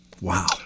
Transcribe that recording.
Wow